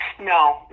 No